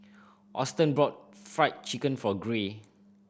Auston bought Fried Chicken for Gray